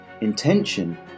Intention